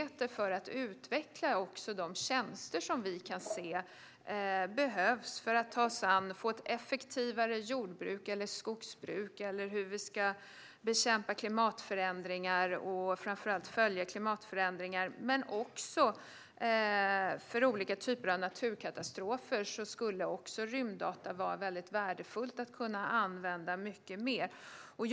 Det behövs för att man ska kunna utveckla de tjänster som vi kan se är viktiga för att vi ska kunna ta oss an detta och få ett effektivare jordbruk eller skogsbruk. Det gäller också hur vi ska bekämpa klimatförändringar och framför allt följa dem. Även när det gäller olika typer av naturkatastrofer skulle det vara värdefullt att kunna använda rymddata mycket mer.